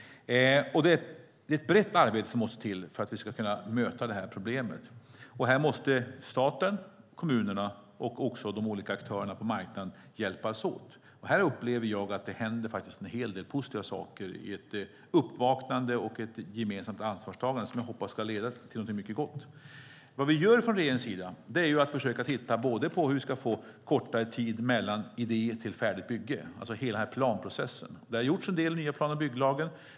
Det är brett arbete som måste till för att vi ska kunna möta det här problemet. Här måste staten, kommunerna och också de olika aktörerna på marknaden hjälpas åt. Här upplever jag att det faktiskt händer en hel del positiva saker i ett uppvaknande och ett gemensamt ansvarstagande som jag hoppas ska leda till något mycket gott. Vad vi gör från regeringens sida är att vi försöker titta på hur vi ska få kortare tider från idé till färdigt bygge, alltså hela planprocessen. Det har gjorts en del i den nya plan och bygglagen.